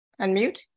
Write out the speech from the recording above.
unmute